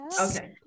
Okay